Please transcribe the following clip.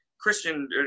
Christian